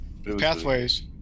pathways